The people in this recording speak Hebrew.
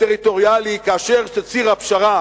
טריטוריאלי כאשר ציר הפשרה